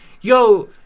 Yo